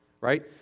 right